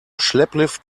schlepplift